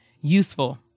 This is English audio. useful